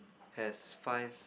has five